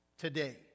today